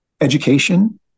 education